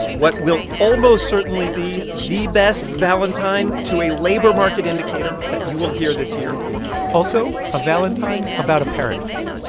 what will almost certainly be the best valentine to a labor market indicator that you will hear this year also, a valentine about a paradox